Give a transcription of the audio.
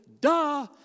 duh